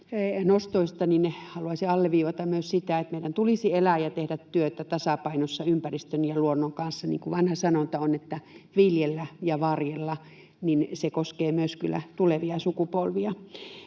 nostoista haluaisin alleviivata myös sitä, että meidän tulisi elää ja tehdä työtä tasapainossa ympäristön ja luonnon kanssa. Niin kuin vanha sanonta on ”viljellä ja varjella”, se koskee myös kyllä tulevia sukupolvia.